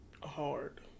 Hard